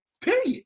Period